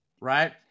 Right